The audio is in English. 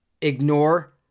ignore